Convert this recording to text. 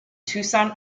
tucson